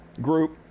group